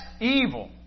evil